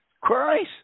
Christ